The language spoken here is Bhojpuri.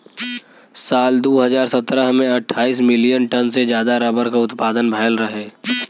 साल दू हज़ार सत्रह में अट्ठाईस मिलियन टन से जादा रबर क उत्पदान भयल रहे